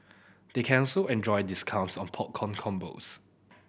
they can also enjoy discounts on popcorn combos